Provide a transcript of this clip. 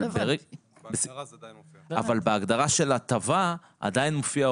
בהגדרה זה עדיין מופיע.